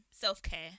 self-care